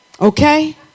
Okay